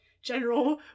General